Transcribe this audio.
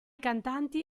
cantanti